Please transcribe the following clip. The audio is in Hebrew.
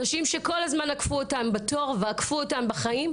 נשים שכל הזמן עקפו אותן בתור ועקפו אותן בחיים,